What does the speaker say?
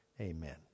Amen